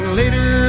later